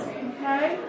okay